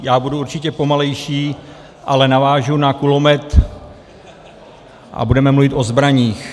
Já budu určitě pomalejší, ale navážu na kulomet a budeme mluvit o zbraních.